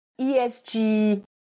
ESG